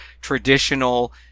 traditional